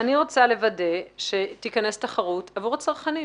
אני רוצה לוודא שתיכנס תחרות עבור הצרכנים.